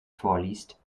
vorliest